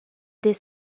des